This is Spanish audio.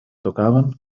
tocaban